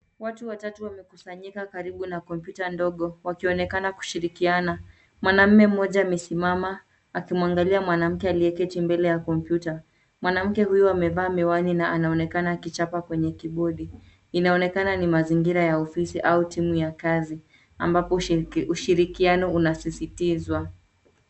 Watu watatu wamekusanyika karibu na kompyuta ndogo wakionekana kushirikiana. Mwanamume mmoja amesimama akimwangalia mwanamke aliyeketi mbele ya kompyuta. Mwanamke huyu amevaa miwani na anaonekana akichapa kwenye kibodi. Inaonekana ni mazingira ya ofisi au timu ya kazi ambapo ushirikiano unasisitizwa.